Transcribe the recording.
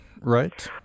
right